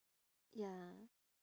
ya